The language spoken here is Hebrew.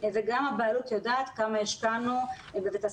וגם הבעלות יודעת כמה השקענו בבית הספר.